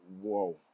whoa